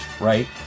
right